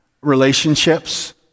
relationships